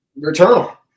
Returnal